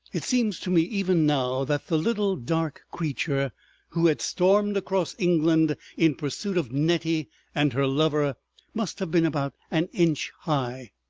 it seems to me even now that the little dark creature who had stormed across england in pursuit of nettie and her lover must have been about an inch high,